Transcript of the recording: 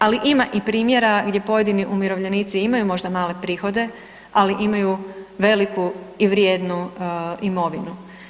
Ali ima i primjera gdje pojedini umirovljenici imaju možda male prihode, ali imaju veliku i vrijednu imovinu.